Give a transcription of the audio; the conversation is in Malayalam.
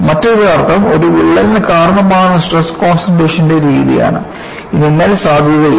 മറ്റൊരു അർത്ഥം ഒരു വിള്ളലിന് കാരണമാകുന്ന സ്ട്രെസ് കോൺസെൻട്രേഷൻറെ രീതിയാണ് ഇനിമേൽ സാധുതയില്ല